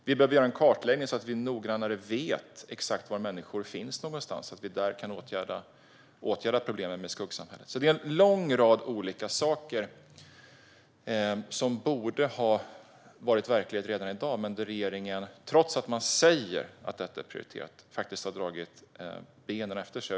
Vi behöver göra en kartläggning så att vi noggrannare vet exakt var människor finns så att vi kan åtgärda problemen med skuggsamhället. Det är alltså en lång rad olika saker som borde ha varit verklighet redan i dag men där regeringen, trots att man säger att detta är prioriterat, faktiskt har dragit benen efter sig.